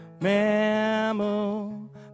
Mammal